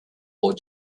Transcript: war